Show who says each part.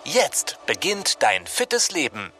Speaker 1: Jetzt beginnt dein fittes Leben.